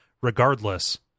Regardless